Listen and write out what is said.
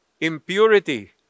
impurity